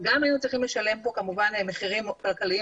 גם היינו צריכים לשלם פה כמובן מחירים כלכליים